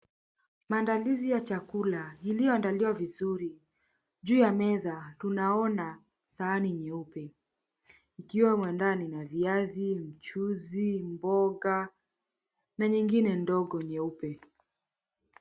Maandalizi ya chakula iliyoandaliwa vizuri. Juu ya meza tunaona sahani nyeupe ikiwemo ndani na viazi, mchuzi, mboga na nyingine ndogo nyeupe.